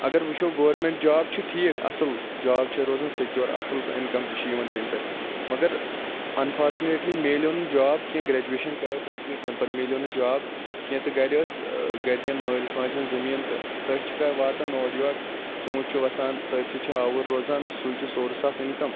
اَگَر وٕچھو government job چھُ ٹھیٖک اصل جاب چھُ روزان سِکیور اصل اِنکَم تہِ چھِ یِوان تمہِ پیٹھ مگر اَنفارچُنیٹلی ملیٚو نہٕ جاب کینٛہہ گریجُویشَن کَرے کَمپلیٖٹ تمہِ پَتہٕ ملیٚو نہٕ جاب کینٛہہ تہٕ گَرِ ٲس گَرٕکٮ۪ن مٲلِس ماجہِ ہٕنٛز زٔمیٖن تہٕ تٔتھۍ چھِ واتان اورٕ یورٕ ژونٛٹھۍ چھ وَسان تٔتھۍ سۭتۍ چھ آوُر روزان سُے چھُ سورس آف اِنکَم